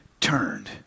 Turned